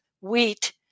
wheat